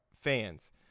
fans